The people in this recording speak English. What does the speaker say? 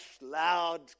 loud